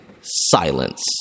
silence